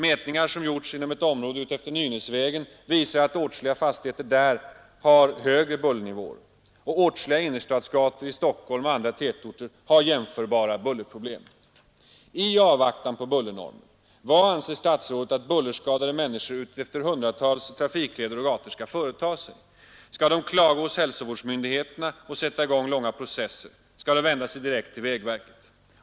Mätningar som gjorts inom ett område utefter Nynäsvägen visar att åtskilliga fastigheter där har höga bullernivåer, och åtskilliga innerstadsgator i Stockholm och andra tätorter har jämförbara bullerproblem. I avvaktan på bullernormer, vad anser statsrådet att bullerskadade människor utefter hundratals trafikleder och gator skall företa sig? Skall de klaga hos hälsovårdsmyndigheterna och sätta i gång långa processer? Skall de vända sig direkt till vägverket?